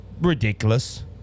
ridiculous